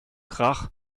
krach